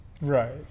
Right